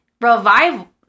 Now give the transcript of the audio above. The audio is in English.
revival